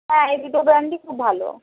হ্যাঁ এই দুটো ব্র্যান্ডই খুব ভালো